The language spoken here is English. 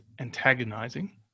antagonizing